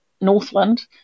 Northland